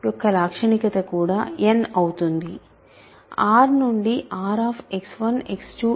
Xm యొక్క లాక్షణికత కూడా n అని అందాం R నుండి RX1X2